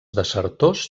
desertors